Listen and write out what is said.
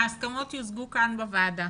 שההסכמות יושגו כאן בוועדה